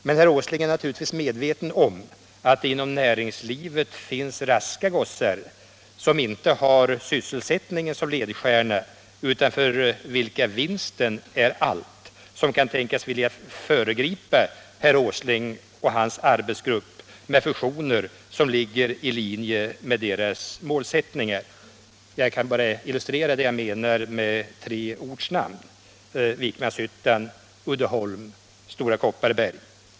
Men jag utgår ifrån att statsrådet är medveten om att det inom näringslivet finns raska gossar som inte har sysselsättningen som ledstjärna, utan för vilka vinsten är allt, och de kan tänkas vilja föregripa herr Åsling och hans arbetsgrupp med fusioner som ligger i linje med deras målsättningar — jag kan illustrera vad jag menar med tre namn: Vikmanshyttan, Uddeholm och Stora Kopparberg.